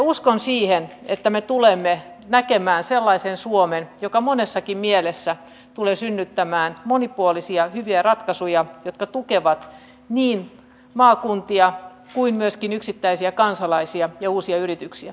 uskon siihen että me tulemme näkemään sellaisen suomen joka monessakin mielessä tulee synnyttämään monipuolisia hyviä ratkaisuja jotka tukevat niin maakuntia kuin myöskin yksittäisiä kansalaisia ja uusia yrityksiä